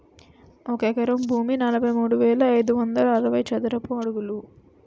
ఒక ఎకరం భూమి నలభై మూడు వేల ఐదు వందల అరవై చదరపు అడుగులు